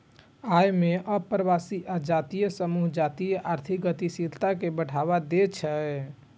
अय मे अप्रवासी आ जातीय समूह जातीय आर्थिक गतिशीलता कें बढ़ावा दै छै